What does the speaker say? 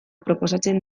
proposatzen